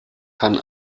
kann